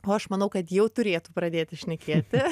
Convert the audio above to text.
o aš manau kad jau turėtų pradėti šnekėti